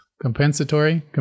compensatory